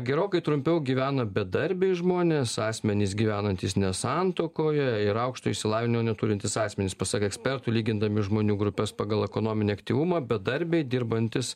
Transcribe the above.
gerokai trumpiau gyvena bedarbiai žmonės asmenys gyvenantys ne santuokoje ir aukštojo išsilavinimo neturintys asmenys pasak ekspertų lygindami žmonių grupes pagal ekonominį aktyvumą bedarbiai dirbantys